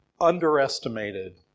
underestimated